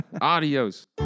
Adios